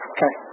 Okay